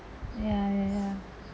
ya ya ya